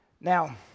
Now